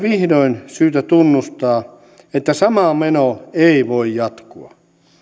vihdoin syytä tunnustaa että sama meno ei voi jatkua